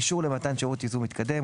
אישור למתן שירות ייזום מתקדם,